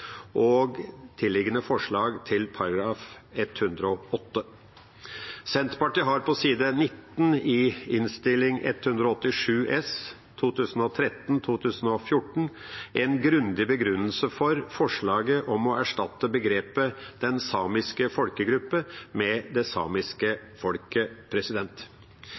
og tilliggende forslag til § 108. Senterpartiet har på side 19 i Innst. 187 S for 2013–2014 en grundig begrunnelse for forslaget om å erstatte begrepet den samiske folkegruppe med det samiske